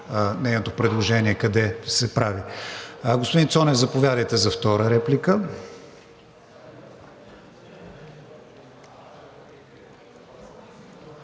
нейното предложение къде се прави. Господин Цонев, заповядайте за втора реплика.